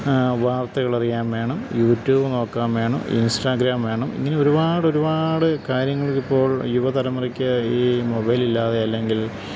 വാർത്തകളറിയാൻ വേണം YouTube നോക്കാന് വേണം ഇൻസ്റ്റാഗ്രാം വേണം ഇങ്ങനെ ഒരുപാടൊരുപാട് കാര്യങ്ങൾക്കിപ്പോൾ യുവതലമുറയ്ക്ക് ഈ മൊബൈലില്ലാതെ അല്ലെങ്കിൽ